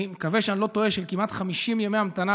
אני מקווה שאני לא טועה, של כמעט 50 ימי המתנה.